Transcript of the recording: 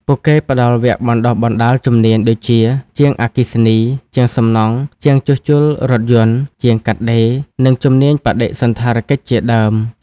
ពួកគេផ្តល់វគ្គបណ្តុះបណ្តាលជំនាញដូចជា ជាងអគ្គិសនី ជាងសំណង់ ជាងជួសជុលរថយន្ត ជាងកាត់ដេរ និងជំនាញបដិសណ្ឋារកិច្ចជាដើម។